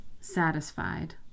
satisfied